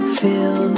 feel